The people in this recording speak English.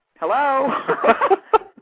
Hello